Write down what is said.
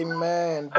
Amen